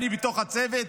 אני בתוך הצוות,